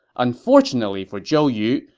unfortunately for zhou yu,